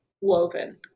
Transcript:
woven